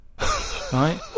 Right